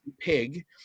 pig